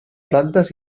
plantes